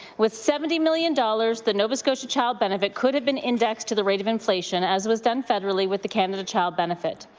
with seventy million dollars, the nova scotia child benefit could have been indexed to the rate of inflation as was done federally with the canada child benefit.